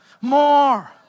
more